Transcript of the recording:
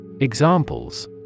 Examples